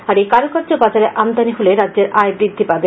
আর এই কারুকার্য বাজার আমদানি হলে রাজ্যের আয় বৃদ্ধি পাবে